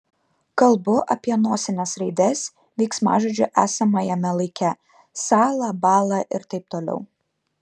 kalbu apie nosines raides veiksmažodžių esamajame laike sąla bąla ir taip toliau